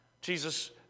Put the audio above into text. Jesus